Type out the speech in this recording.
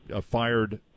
fired